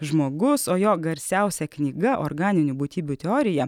žmogus o jo garsiausia knyga organinių būtybių teorija